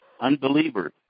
unbelievers